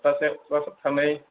सफ्थासे बा सफ्थानै